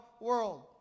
world